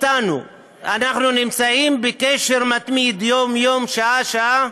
ואנחנו נמצאים בקשר מתמיד, יום-יום, שעה-שעה,